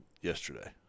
yesterday